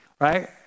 right